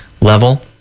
level